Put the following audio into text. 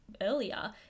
earlier